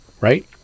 right